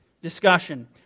discussion